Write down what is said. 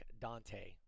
Dante